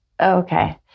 Okay